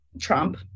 Trump